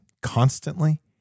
constantly